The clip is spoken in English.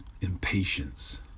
Impatience